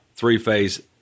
three-phase